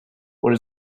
what